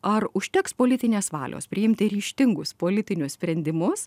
ar užteks politinės valios priimti ryžtingus politinius sprendimus